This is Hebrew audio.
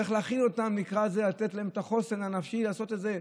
צריך להכין אותם לקראת זה ולתת להם את החוסן הנפשי לעשות את זה.